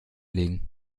liegen